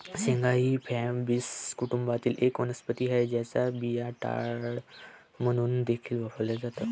शेंगा ही फॅबीसी कुटुंबातील एक वनस्पती आहे, ज्याचा बिया डाळ म्हणून देखील वापरला जातो